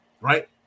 right